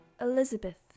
Elizabeth